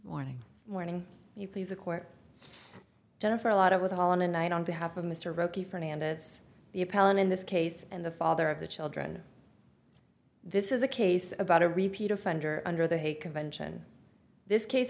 morning morning you please a court jennifer a lot of with on a night on behalf of mr roky fernandez the appellant in this case and the father of the children this is a case about a repeat offender under the hague convention this case